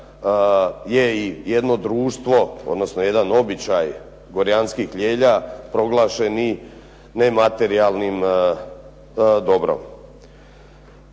je i jedno društvo, odnosno jedan običaj Gorjanskih ljelja proglašenim nematerijalnim dobrom.